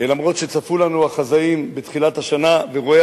למרות שצפו לנו החזאים בתחילת השנה ורואי